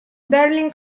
berlin